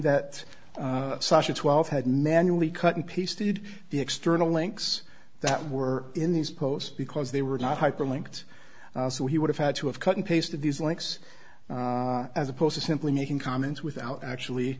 that such a twelve had manually cut and pasted the external links that were in these posts because they were not hyperlinked so he would have had to have cut and pasted these links as opposed to simply making comments without actually